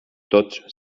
tots